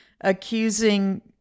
accusing